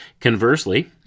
Conversely